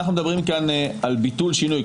אנחנו מדברים כאן על ביטול שינוי.